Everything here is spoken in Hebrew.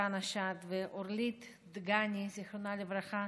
מסרטן השד, ואורלית דגני, זיכרונה לברכה,